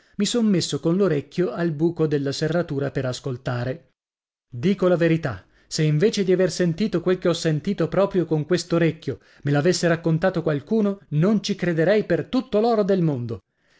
mi son messo con l'orecchio al buco della serratura per ascoltare dico la verità se invece di aver sentito quel che ho sentito proprio con quest'orecchio me l'avesse raccontato qualcuno non ci crederei per tutto l'oro del mondo